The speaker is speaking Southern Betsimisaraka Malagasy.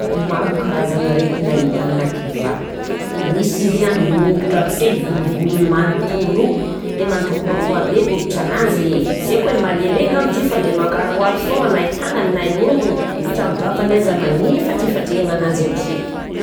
Maro karazagn'aretina hita amina kivà, misy izy a miongotra amin'ny se volovolony manontolo o, de mandrokondrokogna be volotsanazy, sy haiko hoe malailay angambany zio fa de mangaroharo foana na i tàgnany na ongony hatramin'ny vavany aza magnifatrifatr'iaignenanjy aby si.